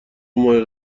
ماهی